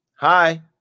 Hi